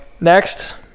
Next